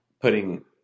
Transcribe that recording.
putting